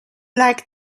like